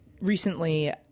recently